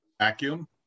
vacuum